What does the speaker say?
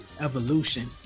Evolution